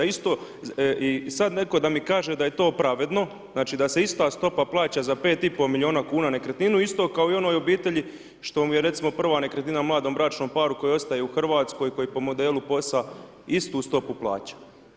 Isto i sada netko da mi kaže da je to pravedno, da se ista stopa plaća za 5,5 milijuna kuna nekretninu, isto kao i onoj obitelji, što je recimo prva nekretnina mladom bračnom paru, koji ostaje u Hrvatskoj, koji po modelu posla istu stopu plaća.